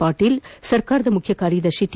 ಪಾಟೀಲ್ ಸರ್ಕಾರದ ಮುಖ್ಯಕಾರ್ಯದರ್ಶಿ ಟಿ